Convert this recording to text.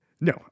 No